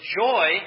joy